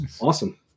awesome